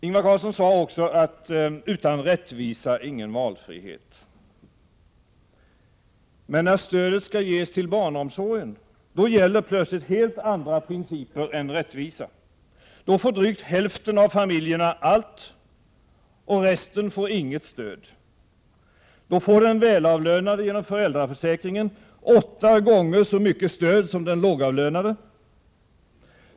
Ingvar Carlsson sade: Utan rättvisa ingen valfrihet. Men när stöd skall ges till barnfamiljerna, då gäller plötsligt helt andra principer än rättvisa. Då får drygt hälften av familjerna allt och resten inget stöd. Då får den välavlönade genom föräldraförsäkringen åtta gånger så stort stöd som den lågavlönade.